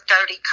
dirty